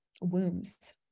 wombs